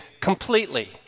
completely